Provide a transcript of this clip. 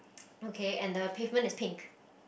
okay and the pavement is pink